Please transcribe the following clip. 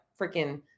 freaking